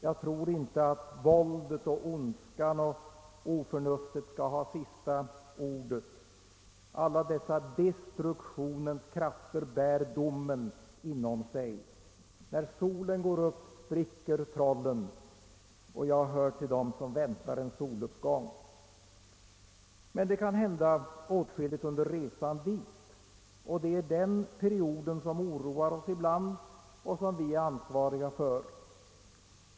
Jag tror inte att våldet, ondskan och oförnuftet skall ha sista ordet. Alla dessa destruktionens krafter bär domen inom sig. När solen går upp spricker trollen, och jag hör till dem som väntar en soluppgång. Men det kan hända åtskilligt under resan till målet, och det är den perioden som oroar oss ibland och som vi är ansvariga för.